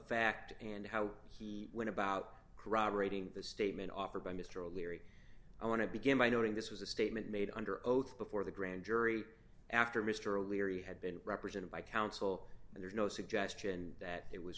fact and how he went about corroborating the statement offered by mr o'leary i want to begin by noting this was a statement made under oath before the grand jury after mr o'leary had been represented by counsel and there's no suggestion that it was